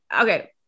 Okay